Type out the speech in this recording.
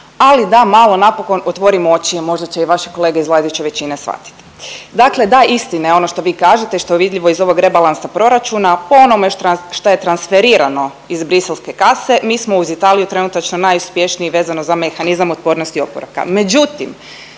Ali da malo napokon otvorimo oči, možda će i vaši kolege iz vladajuće većine shvatiti. Dakle, da istina je ono što vi kažete i što je vidljivo iz ovog rebalansa proračuna. Po onome što je transferirano iz briselske kase mi smo uz Italiju trenutačno najuspješniji vezano za mehanizam otpornosti i oporavka.